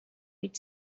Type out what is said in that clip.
with